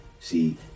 see